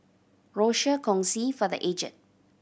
Rochor Kongsi for The Aged